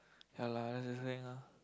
ya lah that's the thing ah